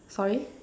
sorry